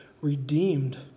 redeemed